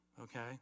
okay